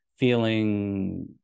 Feeling